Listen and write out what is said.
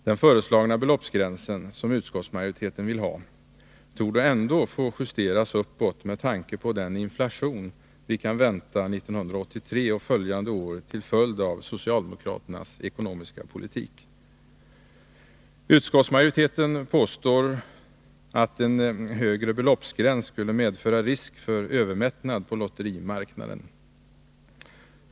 Den föreslagna beloppsgränsen, som utskottsmajoriteten vill ha, torde ändå få justeras uppåt med tanke på den inflation vi kan vänta 1983 och följande år till följd av socialdemokraternas ekonomiska politik. Utskottsmajoriteten påstår att en högre beloppsgräns skulle medföra risk för övermättnad på lotterimarknaden.